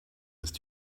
ist